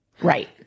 Right